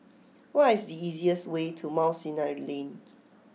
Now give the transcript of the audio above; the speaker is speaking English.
what is the easiest way to Mount Sinai Lane